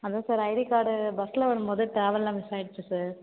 அதுதான் sir ID card பஸ்சில் வரும்போது ட்ராவலில் மிஸ் ஆகிடிச்சி சார்